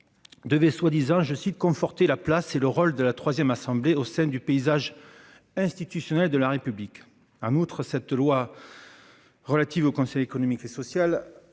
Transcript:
devait soi-disant « conforter la place et le rôle de la troisième assemblée au sein du paysage institutionnel de la République ».